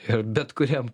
ir bet kuriam